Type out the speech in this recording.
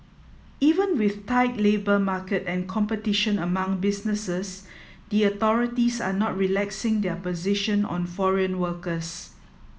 even with tight labour market and competition among businesses the authorities are not relaxing their position on foreign workers